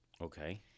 okay